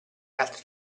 altri